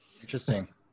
Interesting